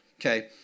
okay